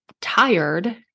tired